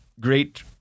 great